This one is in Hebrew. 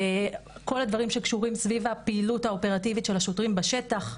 כל הדברים שקשורים בפעילות האופרטיבית של השוטרים בשטח,